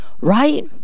right